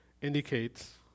indicates